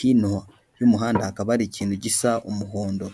hino y'umuhanda hakaba hari ikintu gisa umuhondo.